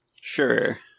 Sure